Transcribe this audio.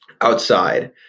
outside